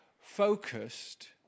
focused